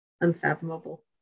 unfathomable